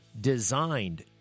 designed